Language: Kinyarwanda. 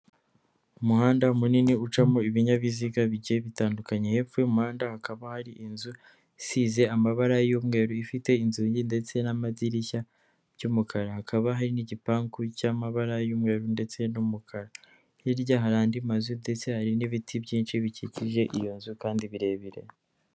Umuhanda munini ucamo ibinyabiziga bigiye bitandukanye, hepfo y'umuhanda hakaba hari inzu isize amabara y'umweru, ifite inzugi ndetse n'amadirishya by'umukara, hakaba hari n'igipangu cy'amabara y'umumweru ndetse n'umukara. Hiya hari andi mazu ndetse hari n'ibiti byinshi bikikije iyo nzu kandi birebire.